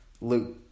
Luke